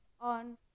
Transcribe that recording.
on